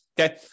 Okay